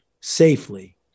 safely